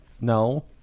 No